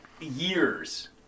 years